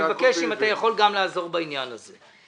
אני מבקש אם אתה יכול גם לעזור בעניין הזה.